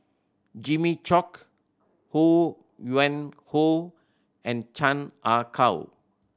Jimmy Chok Ho Yuen Hoe and Chan Ah Kow